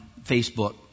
Facebook